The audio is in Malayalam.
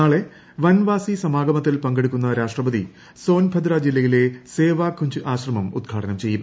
നാളെ വൻവാസി സമാഗമത്തിൽ പങ്കെടുക്കുന്ന രാഷ്ട്രപതി സോൻഭദ്ര ജില്ലയിലെ സേവാകുഞ്ച് ആശ്രമം ഉദ്ഘാടനം ചെയ്യും